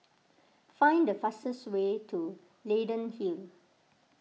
find the fastest way to Leyden Hill